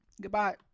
goodbye